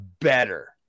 better